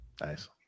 Nice